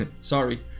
Sorry